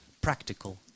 practical